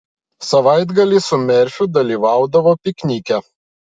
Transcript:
savaitgaliais su merfiu dalyvaudavo piknike